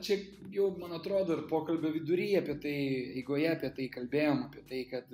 čia jau man atrodo ir pokalbio vidury apie tai eigoje apie tai kalbėjom apie tai kad